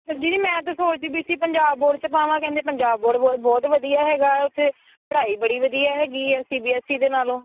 ਦੀਦੀ ਮੈਂ ਤਾਂ ਸੋਚਦੀ ਪਈ ਸੀ ਪੰਜਾਬ ਬੋਰਡ 'ਚ ਪਾਵਾਂ ਕਹਿੰਦੇ ਪੰਜਾਬ ਬੋਰਡ ਬਹੁਤ ਵਧੀਆ ਹੈਗਾ ਉੱਥੇ ਪੜ੍ਹਾਈ ਬੜੀ ਵਧੀਆ ਹੈਗੀ ਆ ਸੀ ਬੀ ਐਸ ਈ ਦੇ ਨਾਲੋਂ